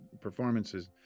performances